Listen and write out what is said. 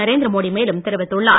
நரேந்திர மோடி மேலும் தெரிவித்துள்ளார்